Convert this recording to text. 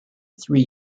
three